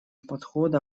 подхода